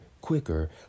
quicker